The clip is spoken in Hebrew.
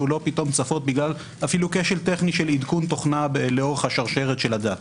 לא צפות בגלל כשל טכני של עדכון תוכנה לאורך השרשרת של הדאטא.